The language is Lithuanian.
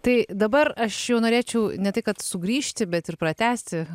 tai dabar aš jau norėčiau ne tai kad sugrįžti bet ir pratęsti